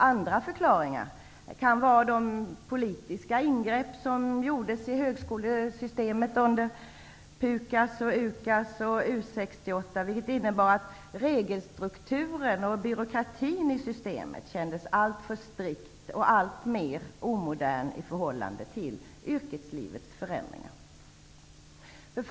Andra förklaringar kan vara de politiska ingrepp som gjordes i högskolesystemet genom UKAS, PUKAS och U 68, vilka innebar att regelstrukturen och byråkratin i systemet kändes alltför strikta och alltmera omoderna i förhållande till yrkeslivets förändringar.